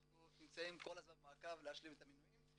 אנחנו כל הזמן במעקב להשלים את המנויים.